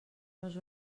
nos